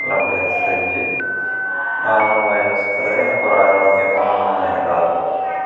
நல்லபடியாக செஞ்சு நானும் வயலை சுற்றுறது எனக்கு ஒரு ஆரோக்கியமான இதாகருக்கும்